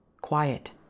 quiet